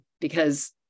because-